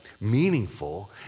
meaningful